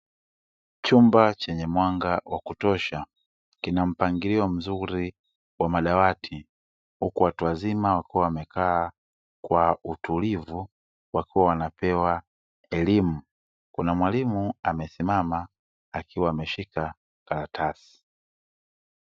Chumba chenye mwanga wa kutosha kina mpangilio mzuri wa madawati huku watu wazima wakiwa wamekaa kwa utulivu wakiwa wanapewa elimu, kuna mwalimu amesimama akiwa ameshika karatasi.